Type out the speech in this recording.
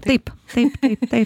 taip taip taip taip